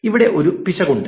ഇവിടെ ഒരു പിശക് ഉണ്ട്